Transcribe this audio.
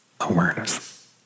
awareness